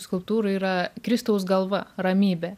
skulptūrų yra kristaus galva ramybė